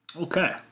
Okay